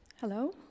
Hello